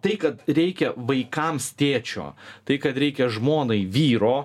tai kad reikia vaikams tėčio tai kad reikia žmonai vyro